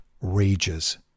rages